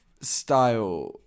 style